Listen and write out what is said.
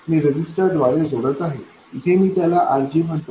मी रेजिस्टरद्वारे जोडत आहे इथे मी त्याला RG म्हणतो